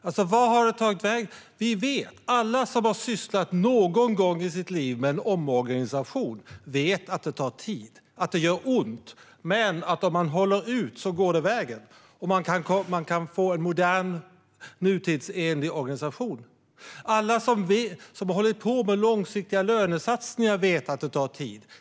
Alla som någon gång i sitt liv har sysslat med en omorganisation vet att det tar tid och att det gör ont men att om man håller ut går det vägen och man får en modern organisation. Alla som har hållit på med långsiktiga lönesatsningar vet att det tar tid.